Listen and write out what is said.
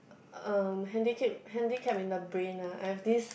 um handicap handicapped in the brain lah at this